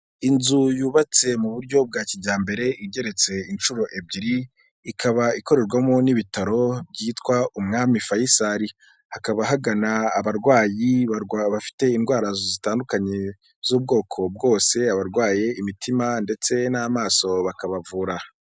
Inzu yubatse mu buryo bwa kijyambere igeretse inshuro ebyiri, ikaba ikorerwamo n'ibitaro byitwa umwami faisal. Hakaba hagana abarwayi bafite indwara zitandukanye z'ubwoko bwose, abarwaye imitima ndetse n'amaso bakabavura.